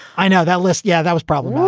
i know that list. yeah, that was probably one.